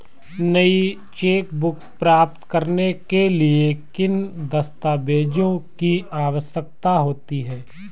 नई चेकबुक प्राप्त करने के लिए किन दस्तावेज़ों की आवश्यकता होती है?